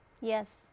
Yes